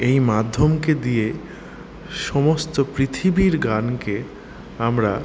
এই মাধ্যমকে দিয়ে সমস্ত পৃথিবীর গানকে আমরা